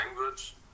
language